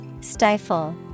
Stifle